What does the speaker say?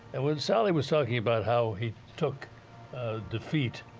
and when sally was talking about how he took defeat,